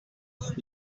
excited